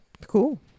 Cool